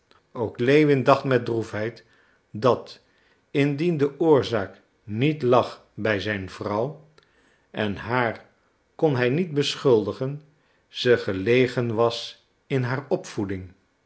ook lewin dacht met droefheid dat indien de oorzaak niet lag bij zijn vrouw en haar kon hij niet beschuldigen ze gelegen was in haar opvoeding